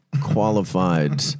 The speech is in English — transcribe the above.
qualified